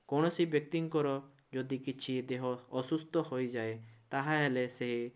କୌଣସି ବ୍ୟକ୍ତିଙ୍କର ଯଦି କିଛି ଦେହ ଅସୁସ୍ଥ ହୋଇଯାଏ ତା'ହେଲେ ସେ